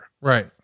Right